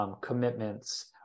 commitments